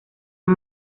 han